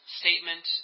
statement